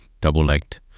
double-legged